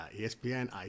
ESPN